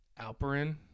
Alperin